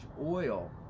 oil